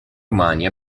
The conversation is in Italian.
umani